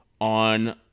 on